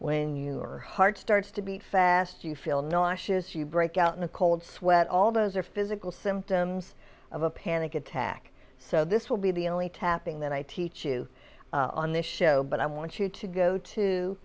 when you are hard starts to beat faster you feel nauseous you break out in a cold sweat all those are physical symptoms of a panic attack so this will be the only tapping then i teach you on the show but i want you to go to